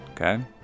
okay